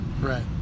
right